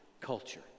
culture